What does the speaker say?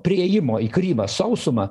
priėjimo į krymą sausuma